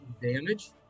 damage